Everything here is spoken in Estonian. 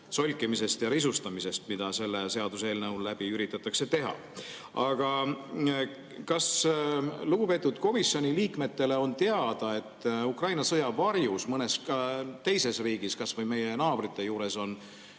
solkimisest ja risustamisest, mida selle seaduseelnõu kaudu üritatakse teha. Aga kas lugupeetud komisjoni liikmetele on teada, et Ukraina sõja varjus on ka mõnes teises riigis, kas või meie naabrite juures,